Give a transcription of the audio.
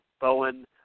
Bowen